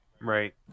Right